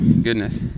goodness